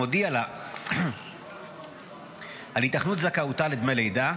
המודיע לה על היתכנות זכאותה לדמי לידה,